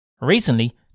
Recently